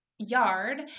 yard